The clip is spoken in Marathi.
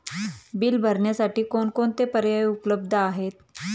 बिल भरण्यासाठी कोणकोणते पर्याय उपलब्ध आहेत?